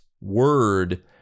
word